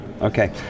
Okay